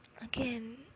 again